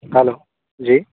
hello जी